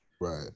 right